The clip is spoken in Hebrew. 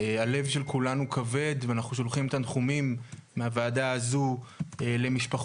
הלב של כולנו כבד ואנחנו שולחים תנחומים מהוועדה הזו למשפחותיהם,